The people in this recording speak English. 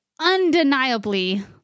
undeniably